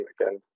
again